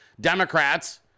Democrats